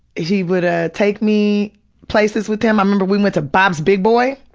he would ah take me places with him. i remember we went to bob's big boy,